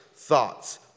Thoughts